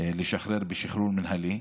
לשחרר שחרור מינהלי.